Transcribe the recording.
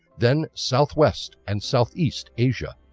then south west and south east asia.